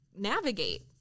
navigate